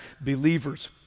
believers